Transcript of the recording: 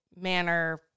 manner